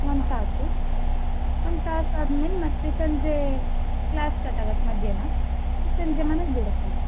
ಒಂದು ತಾಸು ಒಂದು ತಾಸಾದ್ಮೇಲೆ ಮತ್ತೆ ಸಂಜೆ ಕ್ಲಾಸ್ ಸ್ಟಾರ್ಟ್ ಆಗತ್ತೆ ಮಧ್ಯಾಹ್ನ ಮತ್ತೆ ಸಂಜೆ ಮನೆಗೆ ಬಿಡ್ತಾರೆ